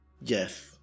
Yes